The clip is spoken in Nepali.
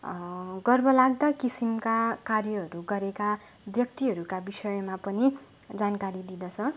गर्व लाग्दा किसिमका कार्यहरू गरेका व्यक्तिहरूका विषयमा पनि जानकारी दिँदछ